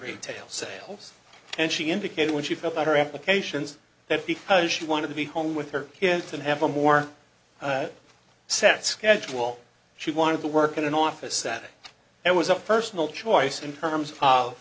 retail sales and she indicated when she felt that her applications that because she wanted to be home with her kids and have a more set schedule she wanted to work in an office setting and was a personal choice in terms of